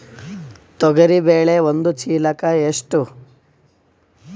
ತೊಗರಿ ಬೇಳೆ ಒಂದು ಚೀಲಕ ಎಷ್ಟು?